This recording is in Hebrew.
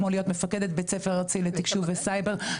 כמו להיות מפקדת בית ספר ארצי לתקשוב ולסייבר,